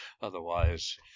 otherwise